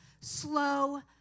slow